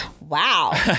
wow